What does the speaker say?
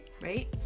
right